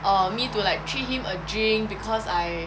um me to like treat him a drink because I